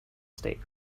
state